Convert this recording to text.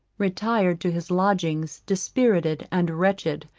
retired to his lodgings dispirited and wretched,